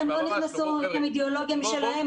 הם לא נכנסו מאידיאולוגיה שלהם.